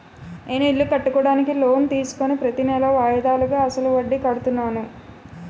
నేను ఇల్లు కట్టుకోడానికి లోన్ తీసుకుని ప్రతీనెలా వాయిదాలుగా అసలు వడ్డీ కడుతున్నాను